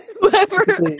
Whoever